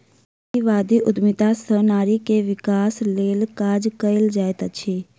नारीवादी उद्यमिता सॅ नारी के विकासक लेल काज कएल जाइत अछि